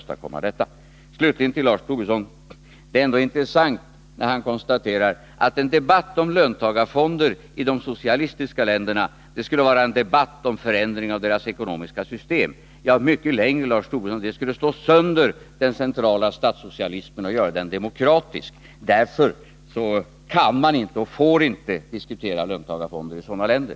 Slutligen till Lars Tobisson: Det är intressant när han konstaterar att en debatt om löntagarfonder i de socialistiska länderna skulle vara en debatt om förändring av deras ekonomiska system. Ja, mycket mer, Lars Tobisson, för löntagarfonderna skulle slå sönder den centrala statssocialismen och göra den demokratisk. Därför kan man inte och får man inte diskutera löntagarfonder i sådana länder.